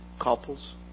couples